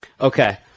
Okay